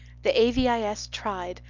the a v i s. tried,